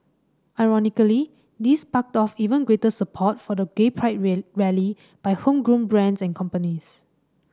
ironically this sparked off even greater support for the gay pride rally by homegrown brands and companies